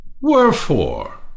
Wherefore